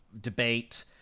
debate